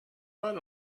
but